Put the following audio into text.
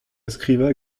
skrivañ